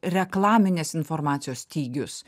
reklaminės informacijos stygius